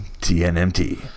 T-N-M-T